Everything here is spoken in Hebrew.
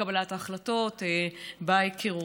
בקבלת ההחלטות, בהיכרות.